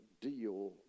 deal